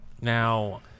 now